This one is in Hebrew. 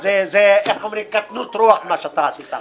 זאת קטנות רוח מה שעשית עכשיו.